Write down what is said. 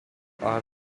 are